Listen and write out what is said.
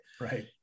Right